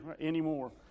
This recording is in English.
anymore